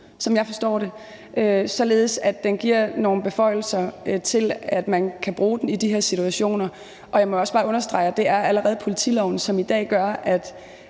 som jeg forstår det, således at den giver nogle beføjelser til, at man kan bruge den i de her situationer. Jeg må også bare understrege, at det allerede er politiloven, som i dag gør, at